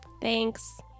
Thanks